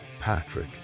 Patrick